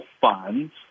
funds